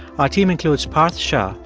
our team includes parth shah,